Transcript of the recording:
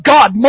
God